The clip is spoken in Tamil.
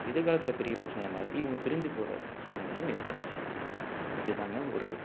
எதிர்காலத்தில் பெரிய பிரச்சனையாக மாறி இவங்க பிரிஞ்சு போகற சூழ்நிலையும் ஏற்பட்டுச்சு இதுதாங்க ஒரு